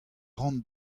ran